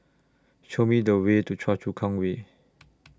Show Me The Way to Choa Chu Kang Way